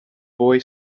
boy